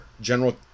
General